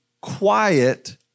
quiet